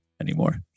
anymore